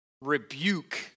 rebuke